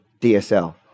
DSL